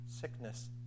sickness